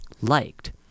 liked